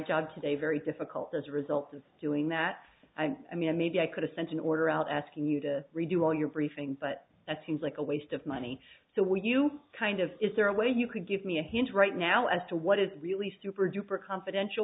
job today very difficult as a result of doing that i mean maybe i could have sent an order out asking you to redo all your briefings but that seems like a waste of money so when you kind of is there a way you could give me a hint right now as to what is really super duper confidential